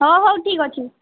ହଁ ହେଉ ଠିକ ଅଛି